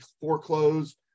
foreclose